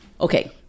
okay